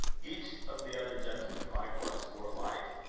each of the other gentlemen likewise bore a light.